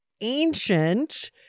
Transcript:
ancient